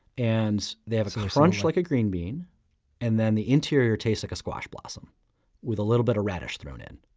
and they have a sort of crunch like a green bean and the interior tastes like a squash blossom with a little bit of radish thrown in.